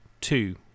two